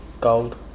Gold